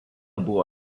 buvo